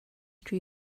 true